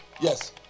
Yes